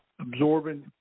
absorbing